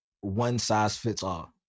one-size-fits-all